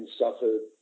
suffered